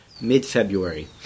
mid-February